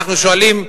אנחנו שואלים: